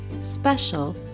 special